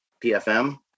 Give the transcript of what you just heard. PFM